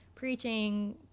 preaching